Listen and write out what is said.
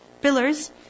pillars